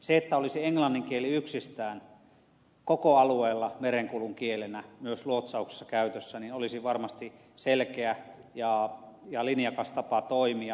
se että olisi englannin kieli yksistään koko alueella merenkulun kielenä myös luotsauksessa käytössä olisi varmasti selkeä ja linjakas tapa toimia